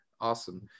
awesome